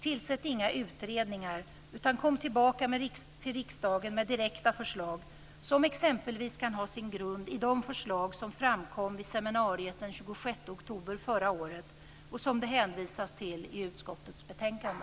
Tillsätt inga utredningar utan kom tillbaka till riksdagen med direkta förslag som exempelvis kan ha sin grund i de förslag som framkom vid seminariet den 26 oktober förra året och som det hänvisas till i utskottets betänkande.